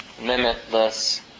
limitless